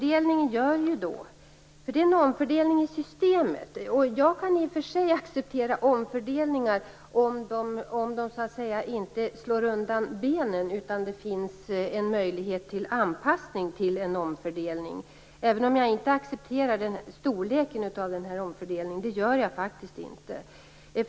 Det här är en omfördelning i systemet. Jag kan i och för sig acceptera omfördelningar om de så att säga inte slår undan benen, om det finns en möjlighet att anpassa sig till dem. Jag accepterar dock inte storleken på den här omfördelningen, det gör jag faktiskt inte.